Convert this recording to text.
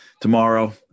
Tomorrow